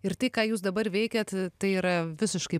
ir tai ką jūs dabar veikiat tai yra visiškai